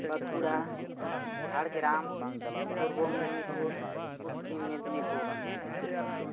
Bankura Jhargram Purba Medinipur Paschim Medinipur